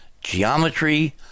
geometry